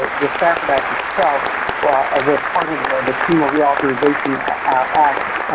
ah the stafford act itself with part of the fema reauthorization act,